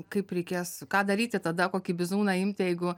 kaip reikės ką daryti tada kokį bizūną imti jeigu